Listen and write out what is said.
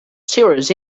serious